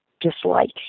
dislike